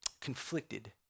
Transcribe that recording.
conflicted